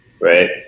Right